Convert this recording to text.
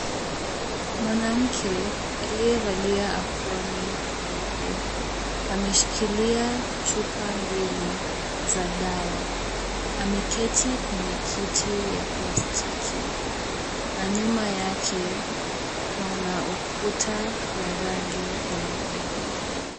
Mwanamke aliyevalia aproni nyeupe. Ameshikilia chupa mbili za dawa. Ameketi kwenye kiti ya plastiki na nyuma yake kuna ukuta ya rangi nyeupe.